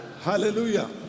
Hallelujah